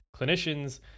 clinicians